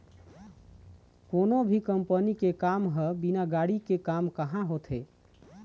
कोनो भी कंपनी के काम ह बिना गाड़ी के काम काँहा होथे